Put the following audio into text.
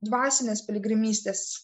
dvasinės piligrimystės